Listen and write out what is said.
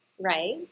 Right